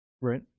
right